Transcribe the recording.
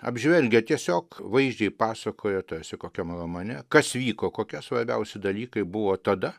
apžvelgia tiesiog vaizdžiai pasakoja tarsi kokiam romane kas vyko kokie svarbiausi dalykai buvo tada